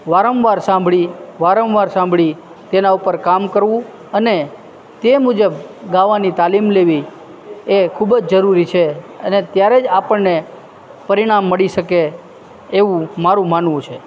વારંવાર સાંભળી વારંવાર સાંભળી તેના ઉપર કામ કરવું અને તે મુજબ ગાવાની તાલીમ લેવી એ ખૂબ જ જરૂરી છે અને ત્યારે જ આપણને પરિણામ મળી શકે એવું મારું માનવું છે